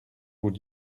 would